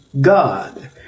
God